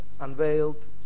unveiled